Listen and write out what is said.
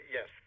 Yes